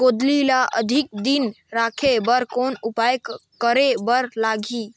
गोंदली ल अधिक दिन राखे बर कौन उपाय करे बर लगही?